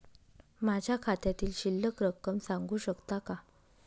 माझ्या खात्यातील शिल्लक रक्कम सांगू शकता का?